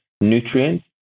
nutrients